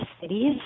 cities